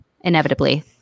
inevitably